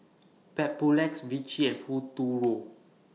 Papulex Vichy and Futuro